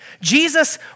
Jesus